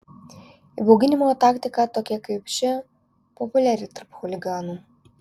įbauginimo taktika tokia kaip ši populiari tarp chuliganų